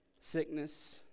Sickness